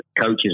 coaches